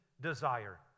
desire